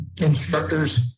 instructors